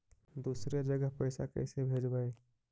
दुसरे जगह पैसा कैसे भेजबै?